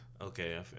Okay